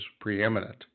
preeminent